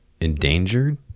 endangered